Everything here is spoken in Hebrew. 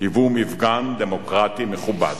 היוו מפגן דמוקרטי מכובד.